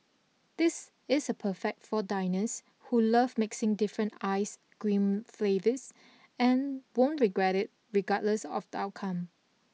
this is perfect for diners who love mixing different ice cream flavours and won't regret it regardless of the outcome